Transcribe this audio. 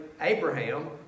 Abraham